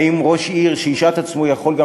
אם ראש עיר שהשעה את עצמו יכול גם